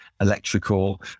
electrical